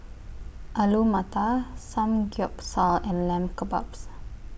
Alu Matar Samgyeopsal and Lamb Kebabs